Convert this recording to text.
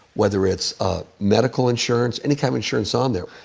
whether it's medical insurance, any kind of insurance, on there.